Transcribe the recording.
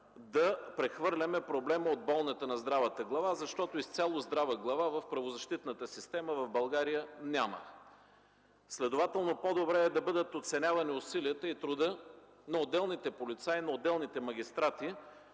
да прехвърляме проблема от болната на здравата глава, защото изцяло здрава глава в правозащитната система в България няма. Следователно по-добре е да бъдат оценявани усилията и трудът на отделните полицаи и отделните магистрати,